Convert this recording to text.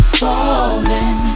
falling